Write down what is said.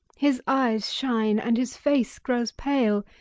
his eyes shine and his face grows pale.